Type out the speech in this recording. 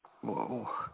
whoa